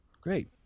great